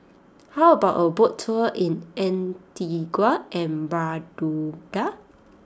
how about a boat tour in Antigua and Barbuda